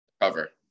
cover